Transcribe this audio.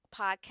podcast